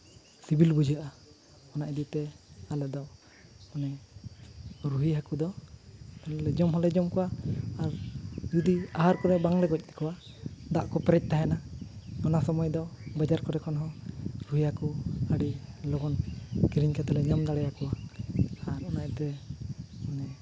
ᱥᱤᱵᱤᱞ ᱵᱩᱡᱷᱟᱹᱜᱼᱟ ᱚᱱᱟ ᱤᱫᱤᱛᱮ ᱟᱞᱮ ᱫᱚ ᱢᱟᱱᱮ ᱨᱩᱭ ᱦᱟᱹᱠᱩ ᱫᱚ ᱡᱚᱢ ᱦᱚᱸᱞᱮ ᱡᱚᱢᱟ ᱠᱚᱣᱟ ᱡᱩᱫᱤ ᱟᱦᱟᱨ ᱠᱚᱨᱮ ᱵᱟᱝᱞᱮ ᱜᱚᱡ ᱠᱚᱣᱟ ᱫᱟᱜ ᱠᱚ ᱯᱮᱨᱮᱡ ᱛᱟᱦᱮᱱᱟ ᱚᱱᱟ ᱥᱚᱢᱚᱭ ᱫᱚ ᱵᱟᱡᱟᱨ ᱠᱚᱨᱮ ᱠᱷᱚᱱ ᱦᱚᱸ ᱨᱩᱭ ᱦᱟᱹᱠᱩ ᱟᱹᱰᱤ ᱞᱚᱜᱚᱱ ᱠᱤᱨᱤᱧ ᱠᱟᱛᱮ ᱞᱮ ᱧᱟᱢ ᱫᱟᱲᱮ ᱟᱠᱚᱣᱟ ᱟᱨ ᱚᱱᱟᱛᱮ ᱢᱟᱱᱮ